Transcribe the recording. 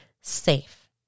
safe